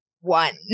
One